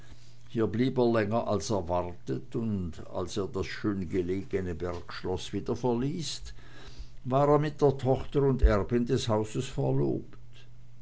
hier blieb er länger als erwartet und als er das schön gelegene bergschloß wieder verließ war er mit der tochter und erbin des hauses verlobt